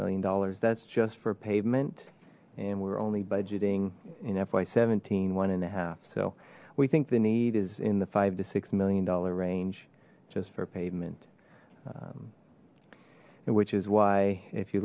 million dollars that's just for pavement and we're only budgeting in fy seventeen one and a half so we think the need is in the five to six million dollar range just for pavement which is why if you